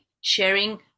sharing